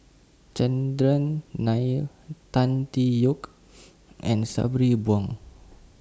Chandran Nair Tan Tee Yoke and Sabri Buang